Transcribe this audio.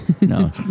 no